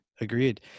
Agreed